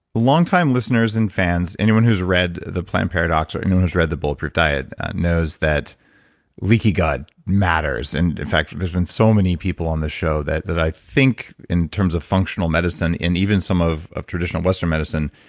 long-time listeners and fans, anyone who's read the the plant paradox or anyone who's read the bulletproof diet knows that leaky gut matters. and in fact, there's been so many people on this show that that i think in terms of functional medicine, and even some of of traditional western medicine,